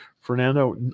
Fernando